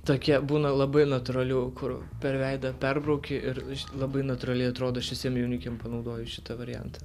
tokie būna labai natūralių kur per veidą perbrauki ir iš labai natūraliai atrodo aš visiem jaunikiam panaudojus šitą variantą